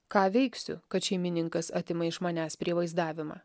ką veiksiu kad šeimininkas atima iš manęs prie vaizdavimą